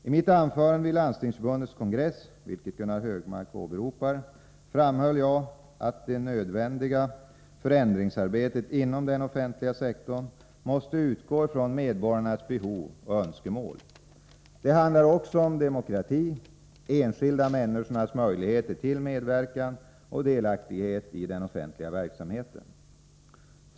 I mitt anförande vid Landstingsförbundets kongress — vilket Gunnar Hökmark åberopar — framhöll jag att det nödvändiga förändringsarbetet inom den offentliga sektorn måste utgå från medborgarnas behov och önskemål. Det handlarockså om demokrati — enskilda människors möjligheter till medverkan och delaktighet i den offentliga verksamheten.